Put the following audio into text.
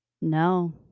no